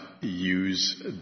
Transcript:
use